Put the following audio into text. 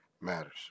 matters